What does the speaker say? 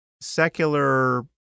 secular